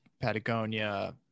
patagonia